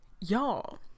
y'all